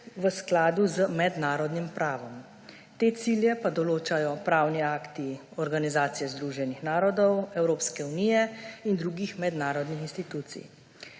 v skladu z mednarodnim pravom. Te cilje pa določajo pravni akti Organizacije združenih narodov, Evropske unije in drugih mednarodnih institucij.